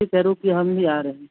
ठीक है रुकिए हम भी आ रहे हैं